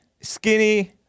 skinny